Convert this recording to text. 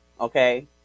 Okay